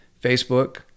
Facebook